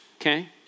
okay